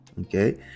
okay